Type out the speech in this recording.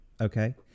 Okay